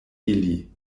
ili